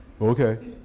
Okay